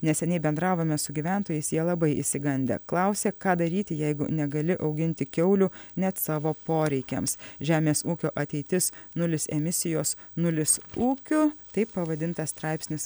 neseniai bendravome su gyventojais jie labai išsigandę klausia ką daryti jeigu negali auginti kiaulių net savo poreikiams žemės ūkio ateitis nulis emisijos nulis ūkiu taip pavadintas straipsnis